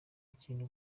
ikintu